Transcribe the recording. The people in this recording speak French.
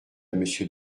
monsieur